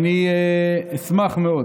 אשמח מאוד